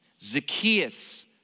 Zacchaeus